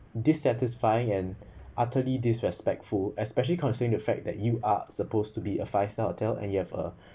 dissatisfied and utterly disrespectful especially considering the fact that you are supposed to be a five star hotel and you have a